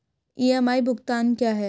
EMI भुगतान क्या है?